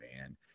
man